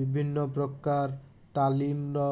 ବିଭିନ୍ନପ୍ରକାର ତାଲିମର